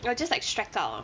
I'll just like strike out